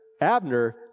Abner